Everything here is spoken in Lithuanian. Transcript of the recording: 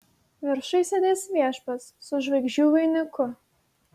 viršuj sėdės viešpats su žvaigždžių vainiku